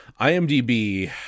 IMDb